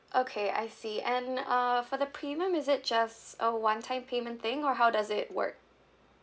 okay I see and uh for the premium is it just a one time payment thing or how does it work